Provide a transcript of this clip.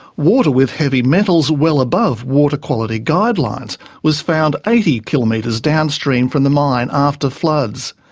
water with heavy metals well above water quality guidelines was found eighty kilometres downstream from the mine after floods.